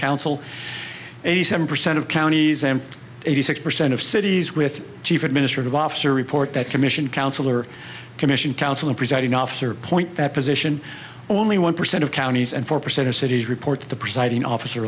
council eighty seven percent of counties and eighty six percent of cities with chief administrative officer report that commission council or commission council presiding officer point that position only one percent of counties and four percent of cities report to the presiding officer